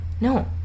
No